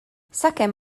sakemm